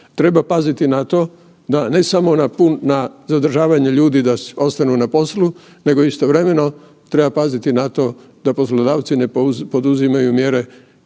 Treba paziti na to da ne samo na zadržavanje ljudi da ostanu na poslu nego istovremeno treba paziti na to da poslodavci ne poduzimaju mjere